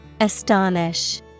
astonish